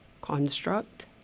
construct